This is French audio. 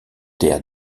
terre